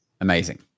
amazing